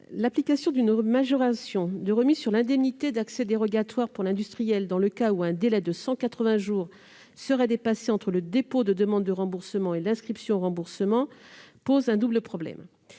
L'application d'une majoration de remise sur l'indemnité d'accès dérogatoire pour l'industriel dans le cas où un délai de 180 jours serait dépassé entre le dépôt de demande de remboursement et l'inscription au remboursement pose un double problème.